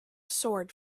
sword